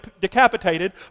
decapitated